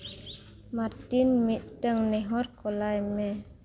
Martin ᱢᱤᱫᱴᱟᱝ ᱱᱮᱦᱚᱨ ᱠᱚᱞᱟᱭ ᱢᱮ